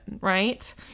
Right